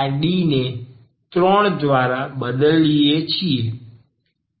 આ D ને 3 દ્વારા બદલીએ છીએ